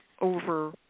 over